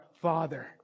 Father